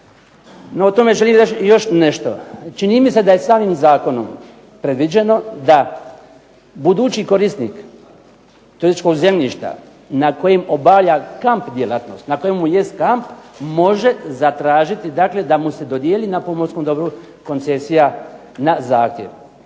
o tome želim još nešto, čini mi se da je samim zakonom predviđeno da budući korisnik turističkog zemljište na kojem obavlja kamp djelatnost, na kojemu jest kamp, može zatražiti da mu se dodijeli na pomorskom dobru koncesija na zahtjev.